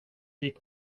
gick